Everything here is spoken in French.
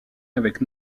avec